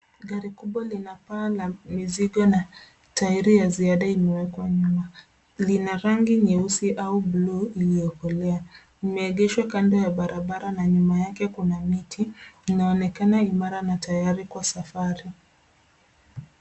Gari kubwa linapaa la mizigo na tairi ya ziada imewekwa nyuma. Lina rangi nyeusi au bluu iliyokea limeegeshwa kando ya barabara na nyuma yake kuna miti inaonekana imara na tayari kwa safari.